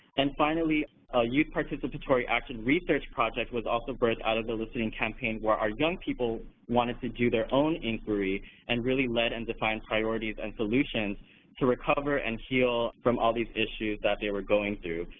and, finally, a youth participatory action research project was also birthed out of the listening campaign, where our young people wanted to do their own inquiry and really led and define priorities and solutions to recover and heal from all these issues that they were going through.